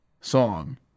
song